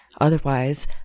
Otherwise